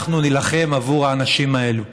אנחנו נילחם עבור האנשים האלו,